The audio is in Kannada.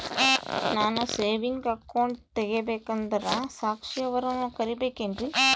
ನಾನು ಸೇವಿಂಗ್ ಅಕೌಂಟ್ ತೆಗಿಬೇಕಂದರ ಸಾಕ್ಷಿಯವರನ್ನು ಕರಿಬೇಕಿನ್ರಿ?